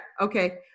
okay